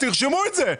תרשמו את זה.